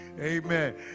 Amen